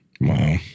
Wow